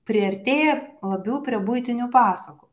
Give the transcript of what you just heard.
priartėja labiau prie buitinių pasakų